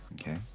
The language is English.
Okay